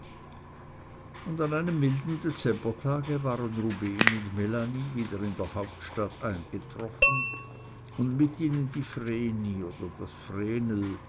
und an einem milden dezembertage waren rubehn und melanie wieder in der hauptstadt eingetroffen und mit ihnen die vreni oder das